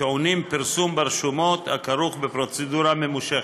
טעונים פרסום ברשומות הכרוך בפרוצדורה ממושכת.